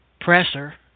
presser